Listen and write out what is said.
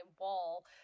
wall